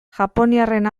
japoniarren